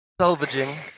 salvaging